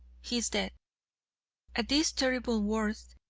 he is dead at these terrible words,